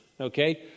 Okay